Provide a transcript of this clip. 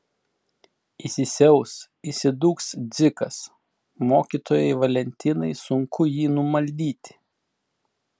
įsisiaus įsidūks dzikas mokytojai valentinai sunku jį numaldyti